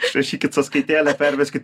išrašykit sąskaitėlę perveskit